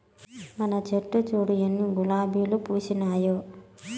మన చెట్లు చూడు ఎన్ని గులాబీలు పూసినాయో